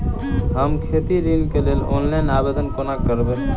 हम खेती ऋण केँ लेल ऑनलाइन आवेदन कोना करबै?